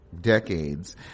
decades